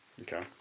Okay